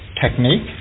technique